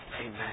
Amen